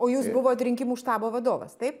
o jūs buvot rinkimų štabo vadovas taip